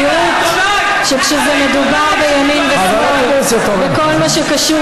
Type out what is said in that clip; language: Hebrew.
צביעות כשמדובר בימין ושמאל ובכל מה שקשור